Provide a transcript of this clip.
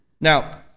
Now